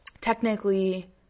technically